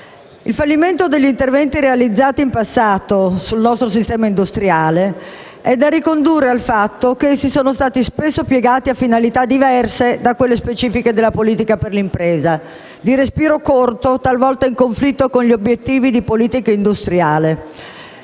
Il fallimento degli interventi realizzati in passato sul nostro sistema industriale è da ricondurre al fatto che essi sono stati spesso piegati a finalità diverse da quelle specifiche della politica per l'impresa, di respiro corto, talvolta in conflitto con gli obiettivi di politica industriale.